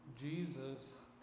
Jesus